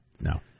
no